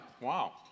Wow